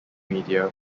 media